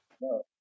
No